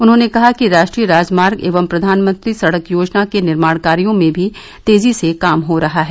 उन्होंने कहा कि राष्ट्रीय राजमार्ग एवं प्रधानमंत्री सड़क योजना के निर्माण कार्यों में भी तेजी से काम हो रहा है